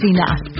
Enough